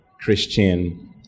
Christian